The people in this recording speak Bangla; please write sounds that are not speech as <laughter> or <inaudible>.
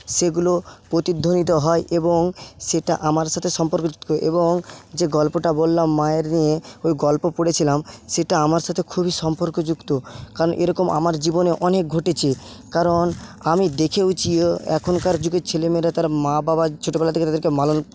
সেগুলো প্রতিধ্বনিত হয় এবং সেটা আমার সাথে সম্পর্কযুক্ত এবং যে গল্পটা বললাম মায়ের নিয়ে ওই গল্প পড়েছিলাম সেটা আমার সাথে খুবই সম্পর্কযুক্ত কারণ এরকম আমার জীবনে অনেক ঘটেছে কারণ আমি দেখেওছি এখনকার যুগের ছেলেমেয়েরা তারা মা বাবা ছোটবেলা থেকে তাদেরকে <unintelligible>